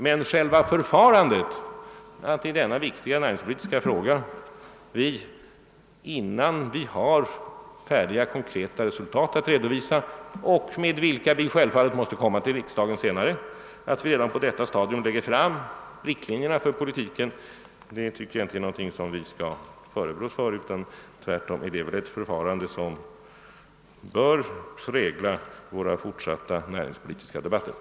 Men själva förfarandet att vi i denna viktiga näringspolitiska fråga på detta stadium, innan vi har färdiga konkreta resultat att redovisa — resultat beträffande vilka vi senare givetvis måste gå till riksdagen — lägger fram riktlinjerna för politiken tycker jag inte är någonting som vi skall förebrås för. Det är väl tvärtom ett förfaringssätt som bör prägla de fortsatta näringpolitiska debatterna.